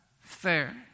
fair